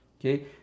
okay